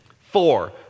Four